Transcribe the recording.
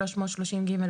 330ג,